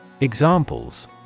Examples